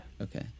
Okay